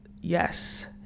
Yes